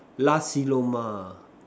Nasi-Lemak